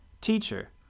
Teacher